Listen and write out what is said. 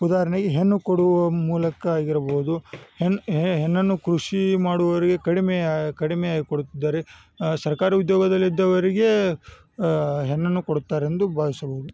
ಉದಾಹರಣೆಗೆ ಹೆಣ್ಣು ಕೊಡುವ ಮೂಲಕ ಆಗಿರ್ಬೌದು ಹೆಣ್ ಹೆಣ್ಣನ್ನು ಕೃಷಿ ಮಾಡುವರಿಗೆ ಕಡಿಮೆಯ ಕಡಿಮೆ ಕೊಡುತ್ತಿದ್ದರೆ ಸರ್ಕಾರಿ ಉದ್ಯೋಗದಲ್ಲಿದ್ದವರಿಗೆ ಹೆಣ್ಣನ್ನು ಕೊಡುತ್ತಾರೆಂದು ಭಾವಿಸಬಹುದು